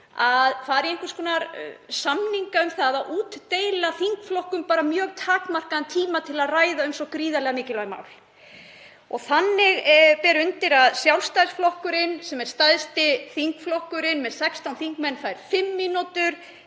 að fara í einhvers konar samninga um að útdeila þingflokkum mjög takmörkuðum tíma til að ræða svo gríðarlega mikilvæg mál. Þannig ber til að Sjálfstæðisflokkurinn, sem er stærsti þingflokkurinn með 16 þingmenn, fær fimm mínútur,